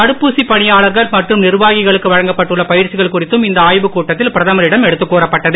தடுப்பூசி பணியாளர்கள் மற்றும் நிர்வாகிகளுக்கு வழங்கப்பட்டுள்ள பயிற்சிகள் குறித்தும் இந்த ஆய்வுக் கூட்டத்தில் பிரதமரிடம் எடுத்துக் கூறப்பட்டது